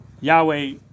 Yahweh